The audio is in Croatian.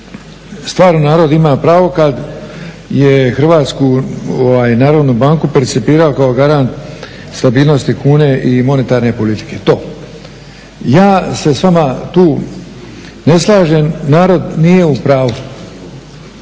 stvarno narod ima pravo kad je Hrvatsku narodnu banku percipirao kao garant stabilnosti kune i monetarne politike. Ja se s vama tu ne slažem, narod nije u pravu,